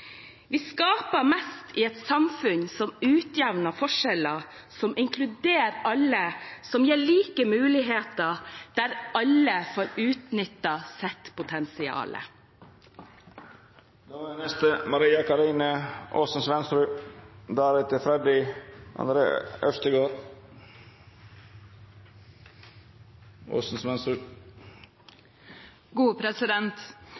Vi skaper mest i et samfunn som utjevner forskjeller, som inkluderer alle, og som gir like muligheter, der alle får utnyttet sitt potensial. Et tilgjengelig og stødig politi som er